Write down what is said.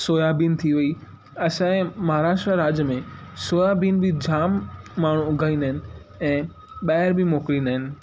soybean थी वेई असांजे महाराष्ट्र राज्य में सोयाबीन बि जाम माण्हू उगाईंदा आहिनि ऐं ॿाहिरि बि मोकिलींदा आहिनि